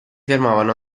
fermavano